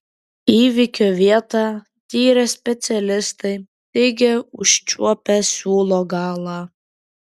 įvykio vietą tyrę specialistai teigia užčiuopę siūlo galą